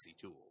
tools